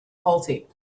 faulty